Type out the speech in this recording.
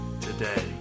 today